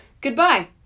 Goodbye